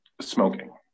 smoking